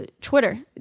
Twitter